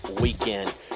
weekend